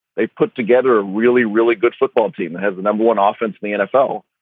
they've put together a really, really good football team, has the number one ah offense in the nfl,